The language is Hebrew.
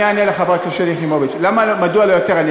אני אענה לחברת הכנסת שלי יחימוביץ מדוע לא יותר,